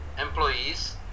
employees